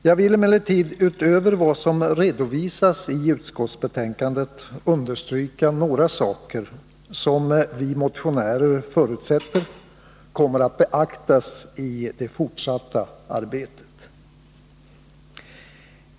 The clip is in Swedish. Jag vill emellertid utöver vad som redovisas i utskottsbetänkandet understryka några saker som vi motionärer förutsätter kommer att beaktas i det fortsatta arbetet.